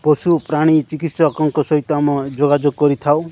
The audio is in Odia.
ପଶୁପ୍ରାଣୀ ଚିକିତ୍ସକଙ୍କ ସହିତ ଆମେ ଯୋଗାଯୋଗ କରିଥାଉ